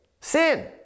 sin